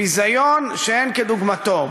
ביזיון שאין כדוגמתו.